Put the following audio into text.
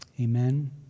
Amen